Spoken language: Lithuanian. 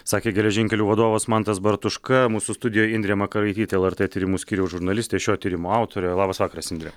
sakė geležinkelių vadovas mantas bartuška mūsų studijoje indrė makaraitytė lrt tyrimų skyriaus žurnalistė šio tyrimo autorė labas vakaras indre